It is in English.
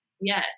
yes